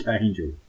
Angel